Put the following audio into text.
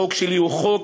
החוק שלי הוא חוק,